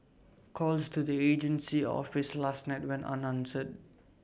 calls to the agency's are office last night went unanswered